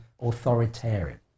authoritarian